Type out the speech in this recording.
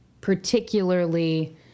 Particularly